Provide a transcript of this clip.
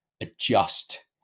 adjust